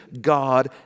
God